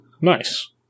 Nice